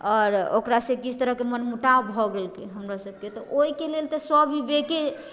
आओर ओकरासँ किछु तरहके मन मोटाव भऽ गेलकै हँ हमरा सबके तऽ ओइके लेल तऽ स्वविवेक